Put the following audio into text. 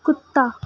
کتا